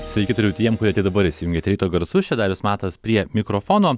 sveiki tariu tiem kurie tik dabar įsijungėte ryto garsus čia darius matas prie mikrofono